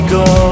go